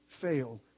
fail